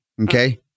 okay